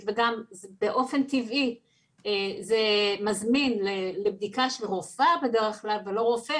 וגם באופן טבעי זה מזמין לבדיקה של רופאה בדרך כלל ולא אצל רופא,